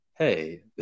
hey